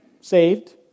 saved